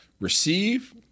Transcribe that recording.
receive